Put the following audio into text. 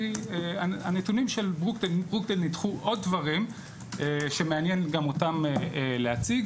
כי הנתונים של ׳ברוקדייל׳ ניתחו עוד דברים שמעניין גם אותם להציג.